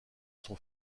son